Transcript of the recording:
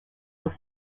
was